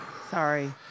Sorry